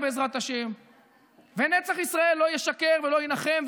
בעזרת השם ונצח ישראל לא ישקר ולא יינחם,